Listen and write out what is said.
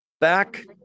Back